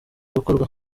gukorwa